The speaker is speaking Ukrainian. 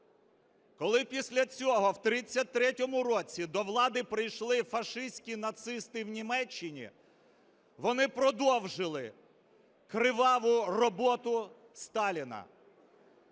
Коли після цього в 1933 році до влади прийшли фашистські нацисти в Німеччині, вони продовжили криваву роботу Сталіна.